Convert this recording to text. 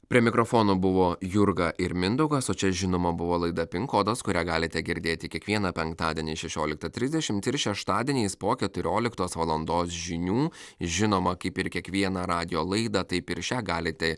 prie mikrofonų buvo jurga ir mindaugas o čia žinoma buvo laida pin kodas kurią galite girdėti kiekvieną penktadienį šešioliktą trisdešimt ir šeštadieniais po keturioliktos valandos žinių žinoma kaip ir kiekvieną radijo laidą taip ir šią galite